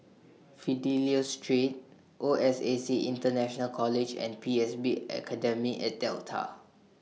Fidelio Street O S A C International College and P S B Academy At Delta